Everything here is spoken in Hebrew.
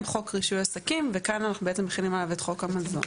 חוק רישוי עסקים וכאן אנחנו בעצם מחילים עליו את חוק המזון.